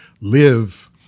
live